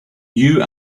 you